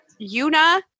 Yuna